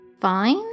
Fine